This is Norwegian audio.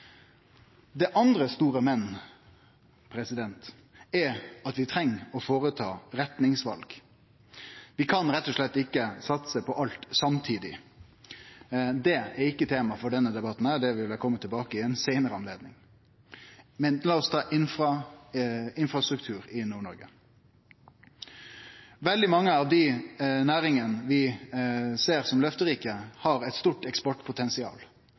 Det andre store men er at vi treng å føreta retningsval. Vi kan rett og slett ikkje satse på alt samtidig. Det er ikkje tema for denne debatten, det vil eg kome tilbake til ved ei seinare anledning, men lat oss ta infrastruktur i Nord-Noreg. Veldig mange av dei næringane vi ser som løfterike, har eit stort eksportpotensial.